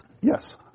Yes